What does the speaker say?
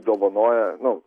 dovanoja nu